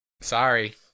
Sorry